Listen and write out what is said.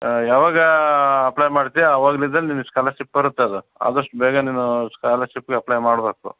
ಯಾವಾಗ ಅಪ್ಲೈ ಮಾಡ್ತೀಯ ಆವಾಗಲಿಂದ ನಿನಗೆ ಸ್ಕಾಲರ್ಶಿಪ್ ಬರುತ್ತೆ ಅದು ಆದಷ್ಟು ಬೇಗ ನೀನು ಸ್ಕಾಲರ್ಶಿಪ್ಗೆ ಅಪ್ಲೈ ಮಾಡ್ಬೇಕು